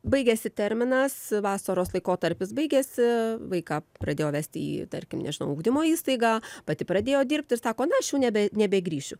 baigiasi terminas vasaros laikotarpis baigiasi vaiką pradėjo vesti į tarkim nežinau ugdymo įstaigą pati pradėjo dirbti ir sako na aš jau nebe nebegrįšiu